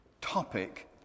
topic